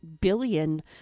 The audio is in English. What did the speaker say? billion